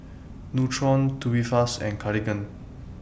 Nutren Tubifast and Cartigain